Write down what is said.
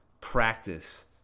practice